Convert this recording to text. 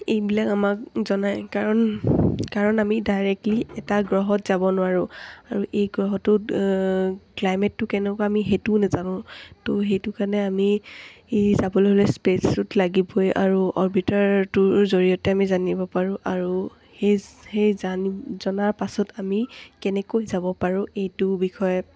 এইবিলাক আমাক জনায় কাৰণ কাৰণ আমি ডাইৰেক্টলি এটা গ্ৰহত যাব নোৱাৰোঁ আৰু এই গ্ৰহটোত ক্লাইমেটটো কেনেকুৱা আমি সেইটোও নাজানো ত' সেইটো কাৰণে আমি যাবলৈ হ'লে স্পেচ শ্বুুট লাগিবই আৰু অৰ্বিটাৰটোৰ জৰিয়তে আমি জানিব পাৰোঁ আৰু সেই সেই জান জনাৰ পাছত আমি কেনেকৈ যাব পাৰোঁ এইটো বিষয়ে